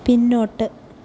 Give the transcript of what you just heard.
പിന്നോട്ട്